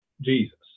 Jesus